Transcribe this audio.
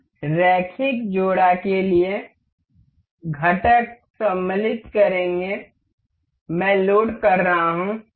हम रैखिक जोड़ा के लिए घटक सम्मिलित करेंगे मैं लोड कर रहा हूं